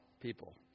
people